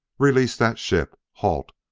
release that ship! halt,